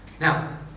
Now